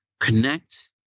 connect